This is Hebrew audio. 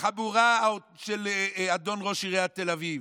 החבורה של אדון ראש עיריית תל אביב.